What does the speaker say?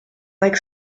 like